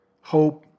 hope